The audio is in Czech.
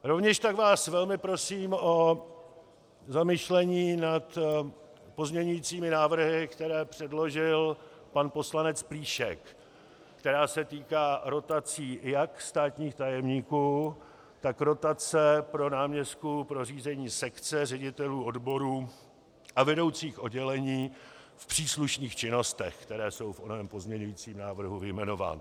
Rovněž tak vás velmi prosím o zamyšlení nad pozměňovacími návrhy, které předložil pan poslanec Plíšek, které se týkají rotací jak státních tajemníků, tak rotace náměstků pro řízení sekce, ředitelů odborů a vedoucích oddělení v příslušných činnostech, které jsou v onom pozměňovacím návrhu vyjmenovány.